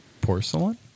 Porcelain